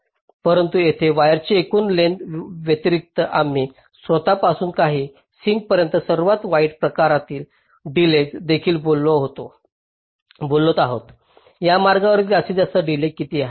परंतु येथे वायरच्या एकूण लेंग्थस व्यतिरिक्त आम्ही स्त्रोतापासून काही सिंकपर्यंत सर्वात वाईट प्रकरणातील डिलेज देखील बोलत आहोत या मार्गावरील जास्तीत जास्त डिलेज किती आहे